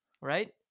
right